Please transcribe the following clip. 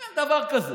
אין דבר כזה.